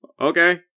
okay